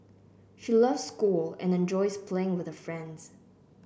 she loves school and enjoys playing with her friends